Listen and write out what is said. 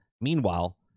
Meanwhile